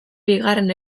bigarren